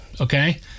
Okay